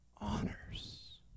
honors